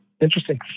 interesting